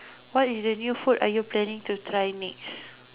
what is the new food are you planning to try next